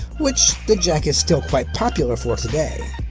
which the jack is still quite popular for today.